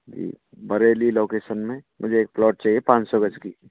जी Bareilly location में मुझे एक प्लॉट चाहिए पाँच सौ गज़ की